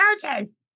charges